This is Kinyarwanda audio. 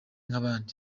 nk’abandi